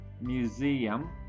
Museum